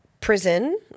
prison